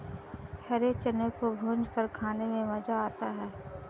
हरे चने को भूंजकर खाने में मज़ा आता है